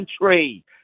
country